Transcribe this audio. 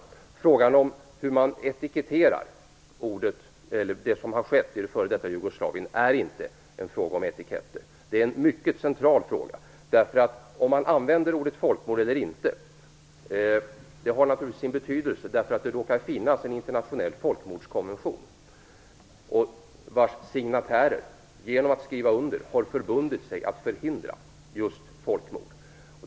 Frågan hur man etiketterar det som har skett i det f.d. Jugoslavien är inte bara en fråga om etiketter. Det är en mycket central fråga. Om man använder ordet folkmord eller inte har naturligtvis sin betydelse, eftersom det råkar finnas en internationell folkmordskonvention, vars signatärer genom att skriva under har förbundit sig att förhindra just folkmord.